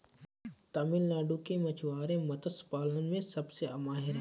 तमिलनाडु के मछुआरे मत्स्य पालन में सबसे माहिर हैं